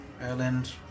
Ireland